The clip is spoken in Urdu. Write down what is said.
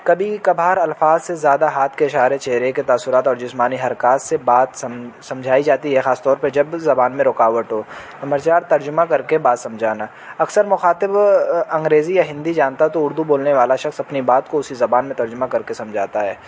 کبھی کبھار الفاظ سے زیادہ ہاتھ کے شعارے چہرے کے تاثرات اور جسمانی حرکات سے بات سم سمجھائی جاتی ہے خاص طور پہ جب زبان میں رکاوٹ ہو ہمیشہ ترجمہ کر کے بات سمجھانا اکثر مخاطب انگریزی یا ہندی جانتا ہے تو اردو بولنے والا شخص اپنی بات کو اسی زبان میں ترجمہ کر کے سمجھاتا ہے